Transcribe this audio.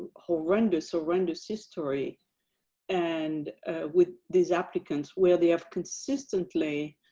horrendous. horrendous history and with these applicants where they have consistently.